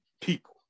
people